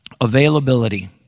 Availability